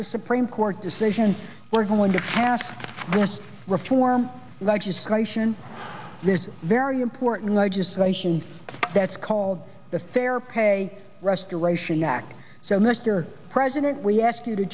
the supreme court decision we're going to have to reform legislation this very important legislation that's called the fair pay restoration act so mr president we ask you to